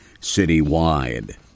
citywide